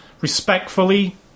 respectfully